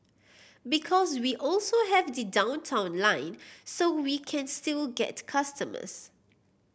because we also have the Downtown Line so we can still get customers